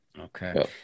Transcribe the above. Okay